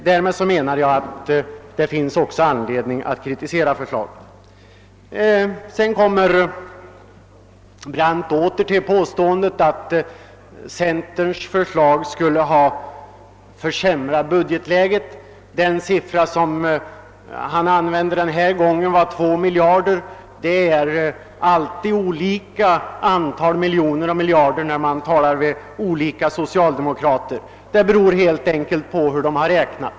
Därmed menar jag att det också finns anledning att kritisera förslaget. Herr Brandt återkom till påståendet att centerns förslag skulle ha försämrat budgetläget. Den siffra som herr Brandt denna gång anförde var 2 miljarder. Det är alltid olika antal miljoner och miljarder som nämns när man talar med olika socialdemokrater — det beror helt enkelt på hur vederbörande har räknat.